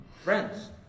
friends